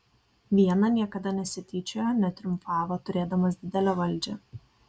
viena niekada nesityčiojo netriumfavo turėdamas didelę valdžią